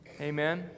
Amen